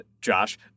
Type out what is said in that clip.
Josh